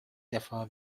defa